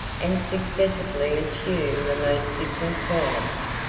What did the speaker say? and successively assumed the most different forms.